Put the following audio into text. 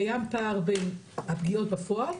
קיים פער בין הפגיעות בפועל,